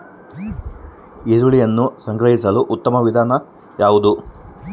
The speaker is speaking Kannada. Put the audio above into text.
ಈರುಳ್ಳಿಯನ್ನು ಸಂಗ್ರಹಿಸಲು ಉತ್ತಮ ವಿಧಾನ ಯಾವುದು?